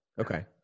Okay